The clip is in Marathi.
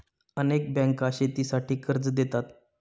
अनेक बँका शेतीसाठी कर्ज देतात